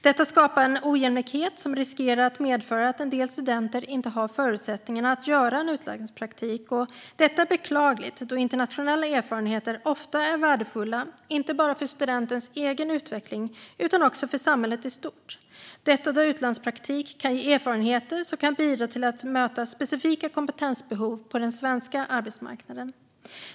Detta skapar en ojämlikhet som riskerar att medföra att en del studenter inte har förutsättningar att göra utlandspraktik. Detta är beklagligt då internationella erfarenheter ofta är värdefulla inte bara för studentens egen utveckling utan också för samhället i stort, eftersom en utlandspraktik kan ge erfarenheter som kan bidra till möjligheten att möta specifika kompetensbehov på den svenska arbetsmarknaden.